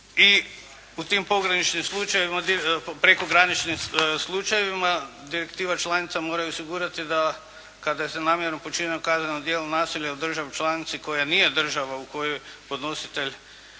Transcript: i u tim pograničnim slučajevima, prekograničnim slučajevima, direktiva članica mora osigurati da kada se namjerno počini kazneno djelo nasilja u državi članici koja nije država u kojoj podnositelj